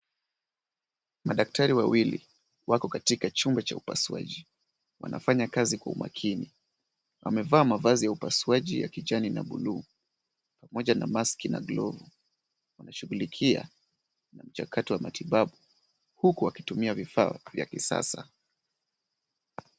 Madaktari wawili wako katika chumba cha upasuaji. Wanafanya kazi kwa umakini. Wamevaa mavaji ya upasuaji ya kijani na buluu , pamoja na maski na glovu. Wanashughulikia moja kati ya matibabu huku wakitumia vifaa vya kisasa.